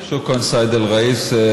שוכרן, סייד א-ראיס.